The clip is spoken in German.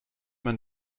man